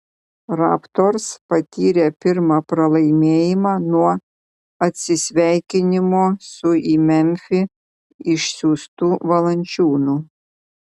raptors patyrė pirmą pralaimėjimą nuo atsisveikinimo su į memfį išsiųstu valančiūnu